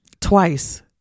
twice